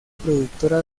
productora